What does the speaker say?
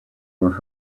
were